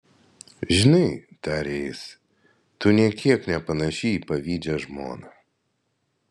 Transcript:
žinai tarė jis tu nė kiek nepanaši į pavydžią žmoną